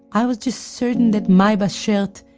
i was just certain that my bashert,